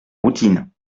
routines